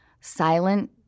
silent